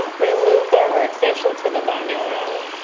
we moved our work station to the dining room.